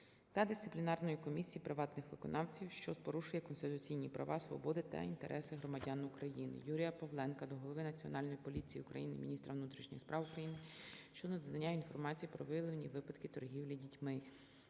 та Дисциплінарної комісії приватних виконавців, що порушує конституційні права, свободи та інтереси громадян України. Юрія Павленка до голови Національної поліції України, міністра внутрішніх справ України щодо надання інформації про виявлені випадки торгівлі дітьми.